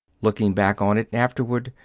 looking back on it, afterward,